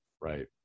right